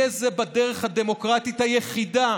יהיה זה בדרך הדמוקרטית היחידה